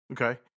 Okay